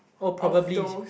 oh probably